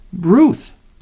Ruth